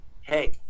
Hey